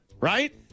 right